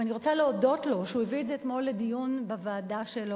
אני רוצה להודות לו על כך שהוא הביא את זה אתמול לדיון בוועדה שלו.